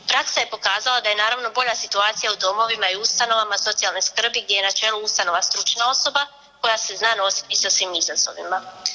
Praksa je pokazala da je naravno bolja situacija u domovima i ustanovama socijalne skrbi gdje je na čelu ustanove stručna osoba koja se zna nositi sa svim izazovima.